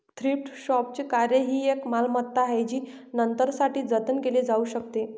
thrift शॉपचे कार्य ही एक मालमत्ता आहे जी नंतरसाठी जतन केली जाऊ शकते